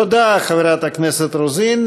תודה, חברת הכנסת רוזין.